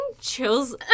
chills